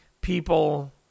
people